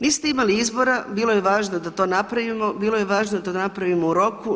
Niste imali izbora, bilo je važno da to napravimo, bilo je važno da to napravimo u roku.